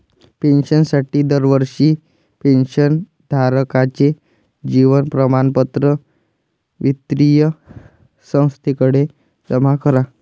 पेन्शनसाठी दरवर्षी पेन्शन धारकाचे जीवन प्रमाणपत्र वित्तीय संस्थेकडे जमा करा